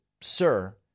sir